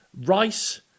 Rice